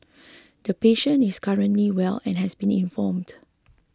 the patient is currently well and has been informed